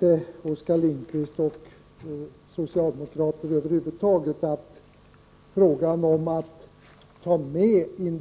Nej, Oskar Lindkvist och övriga socialdemokrater, jag tycker nog inte att det är vare sig befogat eller